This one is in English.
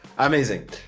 Amazing